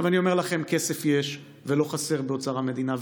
אני אומר לכם: כסף יש ולא חסר באוצר המדינה,